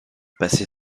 passé